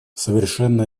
совершенно